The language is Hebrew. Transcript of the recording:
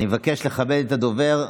אני מבקש לכבד את הדובר.